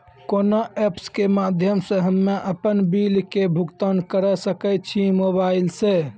कोना ऐप्स के माध्यम से हम्मे अपन बिल के भुगतान करऽ सके छी मोबाइल से?